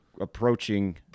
approaching